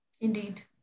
Indeed